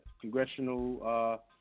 congressional